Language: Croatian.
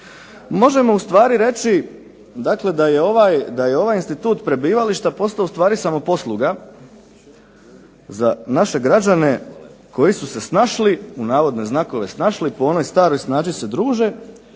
Možemo ustvari reći dakle da je ovaj institut prebivališta postao ustvari samoposluga za naše građane koji su se snašli u navodne znakove snašli po onoj staroj snađi se druže,